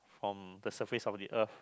from the surface of the earth